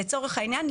לצורך העניין,